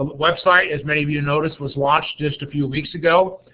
um website, as many of you noticed, was launched just a few weeks ago.